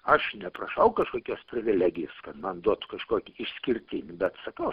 aš neprašau kažkokios privilegijos kad man duotų kažkokį išskirtinį bet sakau aš